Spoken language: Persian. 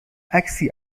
عکسی